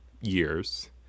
years